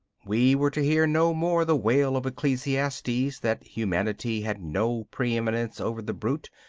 we were to hear no more the wail of ecclesiastes that humanity had no pre-eminence over the brute,